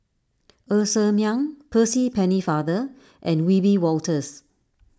Ng Ser Miang Percy Pennefather and Wiebe Wolters